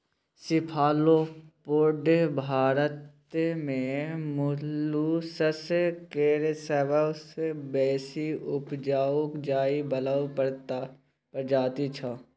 cephalopod Bharat मे molluscs केर सबसँ बेसी उपजाएल जाइ बला प्रजाति छै